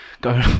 go